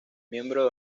miembro